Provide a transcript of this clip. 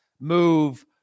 move